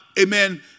amen